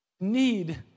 need